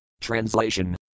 Translation